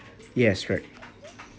yes correct